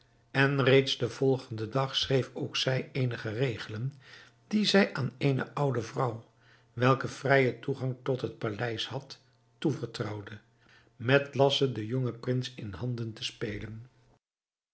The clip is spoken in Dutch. en reeds den volgenden dag schreef ook zij eenige regelen die zij aan eene oude vrouw welke vrijen toegang tot het paleis had toevertrouwde met last ze den jongen prins in handen te spelen